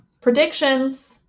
predictions